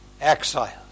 exile